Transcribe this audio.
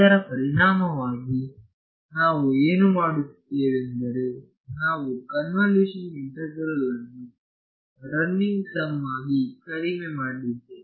ಇದರ ಪರಿಣಾಮವಾಗಿ ನಾವು ಏನು ಮಾಡಿದ್ದೇವೆಂದರೆ ನಾವು ಕನ್ವಲೂಶನ್ ಇಂಟಗ್ರಲ್ ಅನ್ನು ರನ್ನಿಂಗ್ ಸಮ್ ಆಗಿ ಕಡಿಮೆ ಮಾಡಿದ್ದೇವೆ